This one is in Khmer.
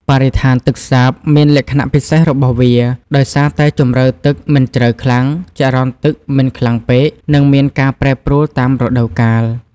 បរិស្ថានទឹកសាបមានលក្ខណៈពិសេសរបស់វា ដោយសារតែជម្រៅទឹកមិនជ្រៅខ្លាំង ចរន្តទឹកមិនខ្លាំងពេក និងមានការប្រែប្រួលតាមរដូវកាល។